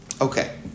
Okay